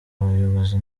abayobozi